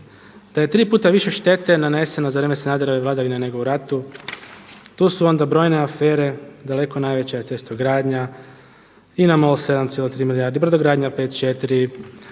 da je tri puta više štete naneseno za vrijeme Sanaderove vladavine nego u ratu, tu su onda brojne afere, daleko najveća je cestogradnja, INA MOL 7,3 milijarde, brodogradnja 5,4,